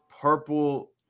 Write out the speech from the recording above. purple